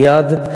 מייד.